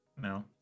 No